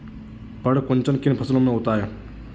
पर्ण कुंचन किन फसलों में होता है?